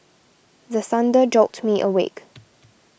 the thunder jolt me awake